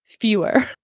fewer